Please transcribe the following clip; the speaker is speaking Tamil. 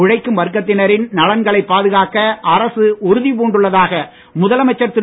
உழைக்கும் வர்க்கத்தினரின் நலன்களைப் பாதுகாக்க அரசு உறுதி பூண்டுள்ளதாக முதலமைச்சர் திரு